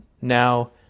now